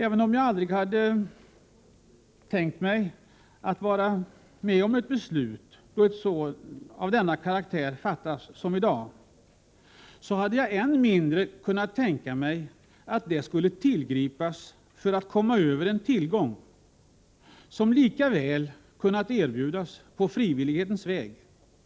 Även om jag aldrig hade tänkt mig att behöva vara med om då ett beslut fattas av den karaktär som det vi skall fatta i dag, hade jag än mindre kunnat tänka mig att ett sådant beslut skulle tillgripas för att komma över en tillgång som lika väl hade kunnat erbjudas på frivillighetens väg